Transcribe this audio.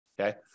Okay